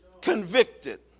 convicted